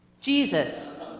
Jesus